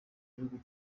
gihugu